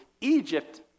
Egypt